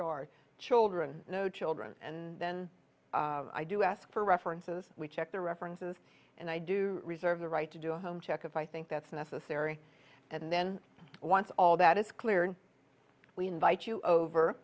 yard children no children and then i do ask for references we check the references and i do reserve the right to do a home check if i think that's necessary and then once all that is cleared we invite you over